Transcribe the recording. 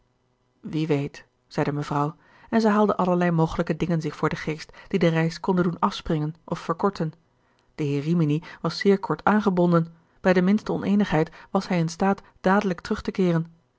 wie weet zeide mevrouw en zij haalde allerlei mogelijke dingen zich voor den geest die de reis konden doen afspringen of verkorten de heer rimini was zeer kort aangebonden bij de minste oneenigheid was hij in staat dadelijk terug te keeren